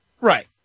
Right